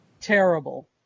terrible